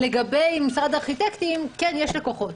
לגבי משרד הארכיטקטים, כן יש לקוחות.